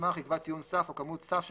שהוסמך יקבע תיאום סף או כמות סף של